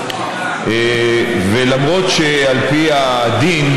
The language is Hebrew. למרות שעל פי הדין,